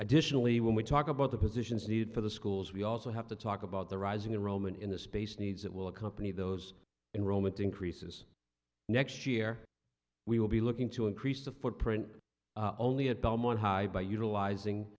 additionally when we talk about the positions needed for the schools we also have to talk about the rising in rome and in the space needs that will accompany those enrolment increases next year we will be looking to increase the footprint only at belmont high by utilizing